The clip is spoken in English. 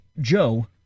Joe